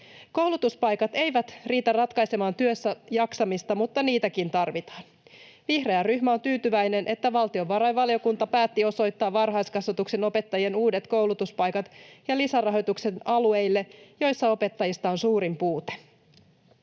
Koulutuspaikat eivät riitä ratkaisemaan työssäjaksamista, mutta niitäkin tarvitaan. Vihreä ryhmä on tyytyväinen, että valtiovarainvaliokunta päätti osoittaa varhaiskasvatuksen opettajien uudet koulutuspaikat ja lisärahoituksen alueille, joilla opettajista on suurin puute.